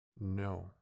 No